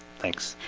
thanks